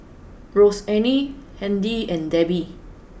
Rozanne Handy and Debbi